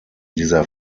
dieser